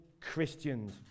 Christians